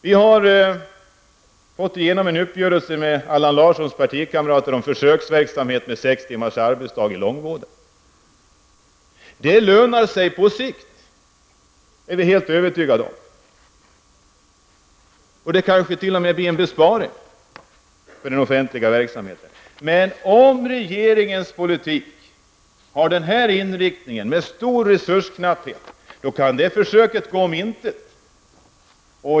Vi har fått igenom en uppgörelse med Allan Larssons partikamrater om försöksverksamhet med sex timmars arbetsdag i långvården. Det lönar sig på sikt, det är vi helt övertygade om, det kanske t.o.m. blir en besparing i den offentliga verksamheten. Men om regeringens politik har inriktning på stor resursknapphet kan detta försök gå om intet.